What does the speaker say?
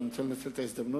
אז אני רוצה לנצל את ההזדמנות